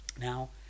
Now